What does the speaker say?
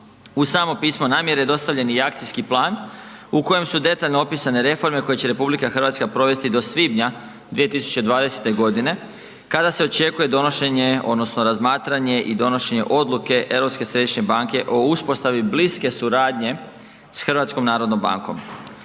Uz samo pismo namjere, dostavljen je i akcijski plan u kojem su detaljno opisane reforme koje će RH provesti do svibnja 2020. g. kada se očekuje donošenje odnosno razmatranje i donošenje odluke Europske središnje banke o uspostavi bliske suradnje sa HNB-om.